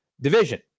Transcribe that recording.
division